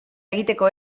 egiteko